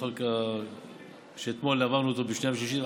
בחוק שאתמול העברנו אותו בשנייה ובשלישית.